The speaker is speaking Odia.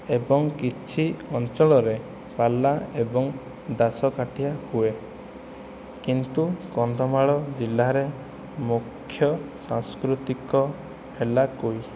ଏବଂ କିଛି ଅଞ୍ଚଳରେ ପାଲା ଏବଂ ଦାସ କାଠିଆ ହୁଏ କିନ୍ତୁ କନ୍ଧମାଳ ଜିଲ୍ଲାରେ ମୁଖ୍ୟ ସାଂସ୍କୃତିକ ହେଲା କୁଇ